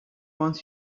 wants